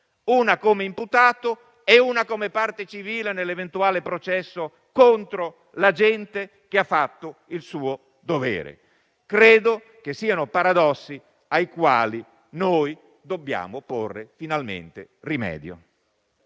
una come imputato e una come parte civile nell'eventuale processo contro l'agente che ha fatto il suo dovere. Credo che siano paradossi ai quali dobbiamo porre finalmente rimedio.